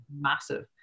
massive